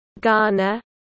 Ghana